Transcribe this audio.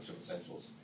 Essentials